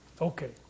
Okay